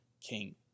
king